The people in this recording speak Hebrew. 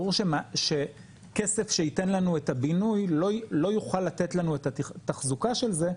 ברור שכסף שייתן לנו את הבינוי לא יוכל לתת לנו את התחזוקה של זה,